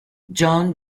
john